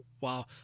wow